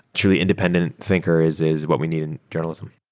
truly independent thinker is is what we need in journalism.